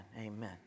amen